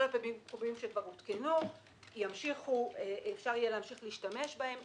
כל הפיגומים שכבר הותקנו אפשר יהיה להמשיך להשתמש בהם.